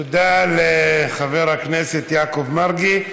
תודה לחבר הכנסת יעקב מרגי.